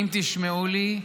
אם תשמעו לי,